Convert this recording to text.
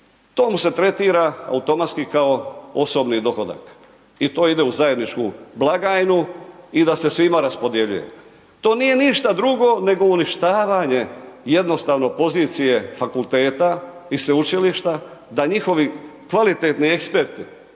to mu se tretira automatski kao osobni dohodak i to ide u zajedničku blagajnu i da se svima raspodjeljuje. To nije ništa drugo nego uništavanje jednostavno pozicije fakulteta i sveučilišta da njihovi kvalitetni eksperti